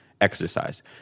exercise